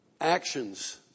actions